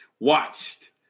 Watched